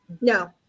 No